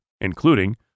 including